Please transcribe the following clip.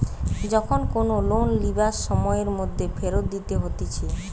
যখন কোনো লোন লিবার সময়ের মধ্যে ফেরত দিতে হতিছে